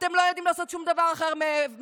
אתם לא יודעים לעשות שום דבר אחר מעבר.